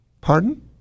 Pardon